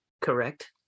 Correct